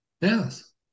Yes